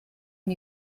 and